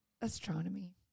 Astronomy